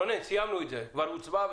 רונן, סיימנו, כבר הוצבע.